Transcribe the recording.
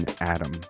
Adam